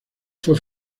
fue